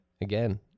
Again